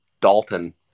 Dalton